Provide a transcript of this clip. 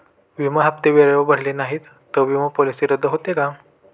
विमा हप्ते वेळेवर भरले नाहीत, तर विमा पॉलिसी रद्द होते का?